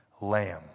lamb